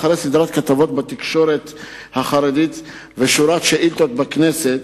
אחרי סדרת כתבות בתקשורת החרדית ושורת שאילתות בכנסת,